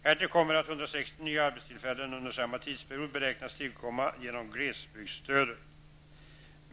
Härtill kommer att 160 nya arbetstillfällen under samma tidsperiod beräknas tillkomma genom glesbygdsstödet.